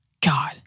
God